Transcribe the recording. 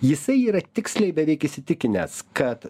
jisai yra tiksliai beveik įsitikinęs kad